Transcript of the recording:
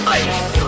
Life